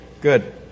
good